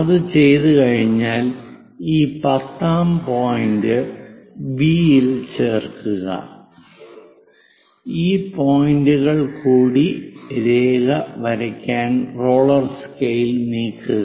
അത് ചെയ്തുകഴിഞ്ഞാൽ ഈ പത്താം പോയിന്റു ബി യിൽ ചേർക്കുക ഈ പോയിന്റുകൾ കൂടി രേഖ വരയ്ക്കാൻ റോളർ സ്കെയിൽ നീക്കുക